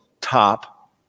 top